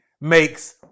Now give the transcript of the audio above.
makes